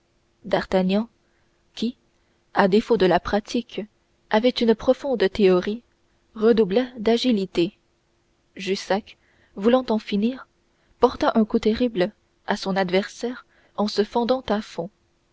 d'artagnan qui à défaut de la pratique avait une profonde théorie redoubla d'agilité jussac voulant en finir porta un coup terrible à son adversaire en se fendant à fond